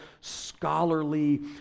scholarly